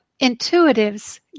intuitives